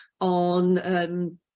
on